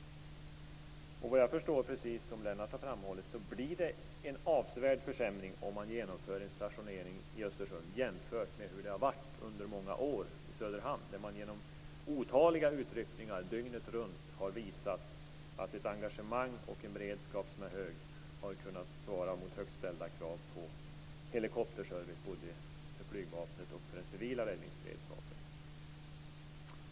Såvitt jag förstår, som Lennart Rohdin har framhållit, blir det en avsevärd försämring om man genomför en stationering i Östersund jämfört med hur det har varit under många år i Söderhamn. Där har man genom otaliga utryckningar dygnet runt visat att ett engagemang och en beredskap som är hög har kunnat svara mot högt ställda krav på helikopterservice både för flygvapnet och för den civila räddningsberedskapen.